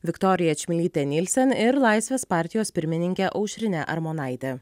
viktorija čmilyte nilsen ir laisvės partijos pirmininke aušrine armonaite